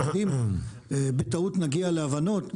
אבל אם בטעות נגיע להבנות,